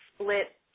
split